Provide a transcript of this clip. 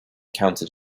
counted